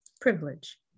Privilege